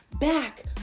back